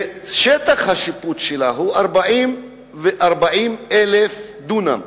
ושטח השיפוט שלה הוא 40,000 דונם.